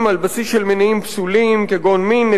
על בסיס של מניעים פסולים כגון מין,